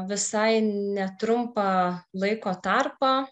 visai netrumpą laiko tarpą